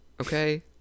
Okay